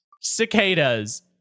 Cicadas